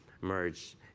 merge